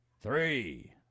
three